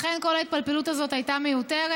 לכן, כל ההתפלפלות הזאת הייתה מיותרת.